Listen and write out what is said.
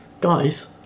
guys